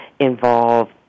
Involve